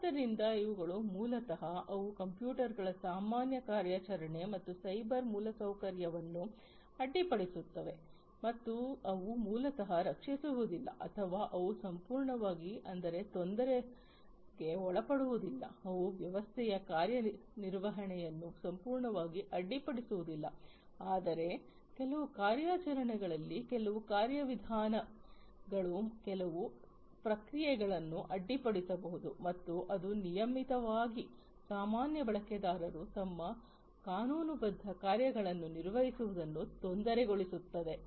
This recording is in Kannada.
ಆದ್ದರಿಂದ ಇವುಗಳು ಮೂಲತಃ ಅವು ಕಂಪ್ಯೂಟರ್ಗಳ ಸಾಮಾನ್ಯ ಕಾರ್ಯಾಚರಣೆ ಮತ್ತು ಸೈಬರ್ ಮೂಲಸೌಕರ್ಯವನ್ನು ಅಡ್ಡಿಪಡಿಸುತ್ತವೆ ಮತ್ತು ಅವು ಮೂಲತಃ ರಕ್ಷಿಸುವುದಿಲ್ಲ ಅಥವಾ ಅವು ಸಂಪೂರ್ಣವಾಗಿ ಅಂದರೆ ತೊಂದರೆಗೆ ಒಳಪಡಿಸುವುದಿಲ್ಲ ಅವು ವ್ಯವಸ್ಥೆಯ ಕಾರ್ಯನಿರ್ವಹಣೆಯನ್ನು ಸಂಪೂರ್ಣವಾಗಿ ಅಡ್ಡಿಪಡಿಸುವುದಿಲ್ಲ ಆದರೆ ಕೆಲವು ಕಾರ್ಯಾಚರಣೆಗಳಲ್ಲಿ ಕೆಲವು ಕಾರ್ಯವಿಧಾನಗಳು ಕೆಲವು ಪ್ರಕ್ರಿಯೆಗಳನ್ನು ಅಡ್ಡಿಪಡಿಸಬಹುದು ಮತ್ತು ಅದು ನಿಯಮಿತವಾಗಿ ಸಾಮಾನ್ಯ ಬಳಕೆದಾರರು ತಮ್ಮ ಕಾನೂನುಬದ್ಧ ಕಾರ್ಯಗಳನ್ನು ನಿರ್ವಹಿಸುವುದನ್ನು ತೊಂದರೆಗೊಳಿಸುತ್ತದೆ